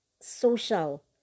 social